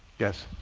yes.